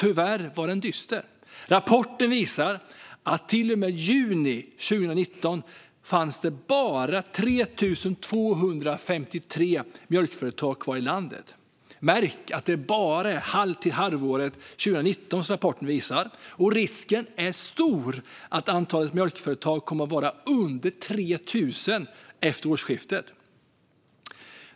Tyvärr var den dyster. Rapporten visar att det till och med juni 2019 bara fanns 3 253 mjölkföretag kvar i landet. Märk att rapporten bara gäller för första halvåret 2019! Risken är stor att antalet mjölkföretag kommer att vara under 3 000 efter årsskiftet.